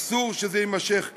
אסור שזה יימשך כך.